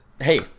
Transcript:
hey